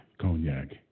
cognac